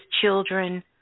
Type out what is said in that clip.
children